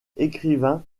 écrivain